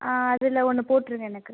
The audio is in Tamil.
ஆ அதில ஒன்று போட்ருங்க எனக்கு